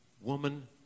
Woman